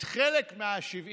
את חלק מ-70